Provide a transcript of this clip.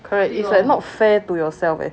correct is like not fair to yourself